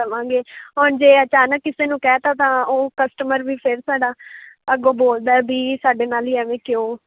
ਦੇਵਾਂਗੇ ਹੁਣ ਜੇ ਅਚਾਨਕ ਕਿਸੇ ਨੂੰ ਕਹਿਤਾ ਤਾਂ ਉਹ ਕਸਟਮਰ ਵੀ ਫੇਰ ਸਾਡਾ ਅੱਗੋਂ ਬੋਲਦਾ ਵੀ ਸਾਡੇ ਨਾਲ ਹੀ ਐਵੇਂ ਕਿਉਂ